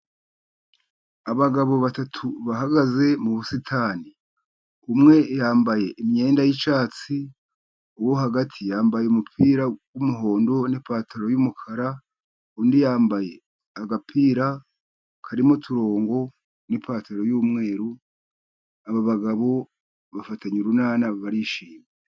Abagabo batatu bahagaze mu busitani. Umwe yambaye imyenda y'icyatsi, uwo hagati yambaye umupira w'umuhondo, n'ipantaro y'umukara, undi yambaye agapira karimo uturongo, n'ipantaro y'umweru, aba bagabo bafatanye urunana barishimye.